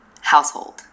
household